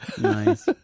nice